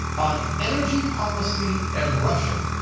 on energy policy and russia.